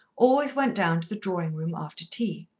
always went down to the drawing-room after tea,